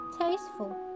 tasteful